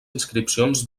inscripcions